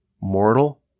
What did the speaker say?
mortal